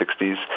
1960s